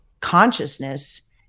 consciousness